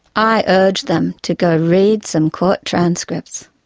i urge them to go read some court transcripts.